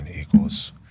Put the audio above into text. equals